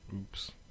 Oops